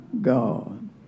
God